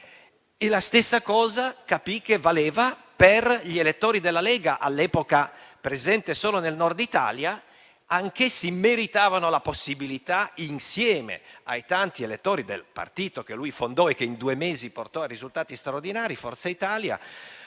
La stessa cosa capì che valeva per gli elettori della Lega, all'epoca presente solo nel Nord Italia. Anch'essi meritavano la possibilità, insieme ai tanti elettori del partito che lui fondò e che in due mesi portò a risultati straordinari (Forza Italia),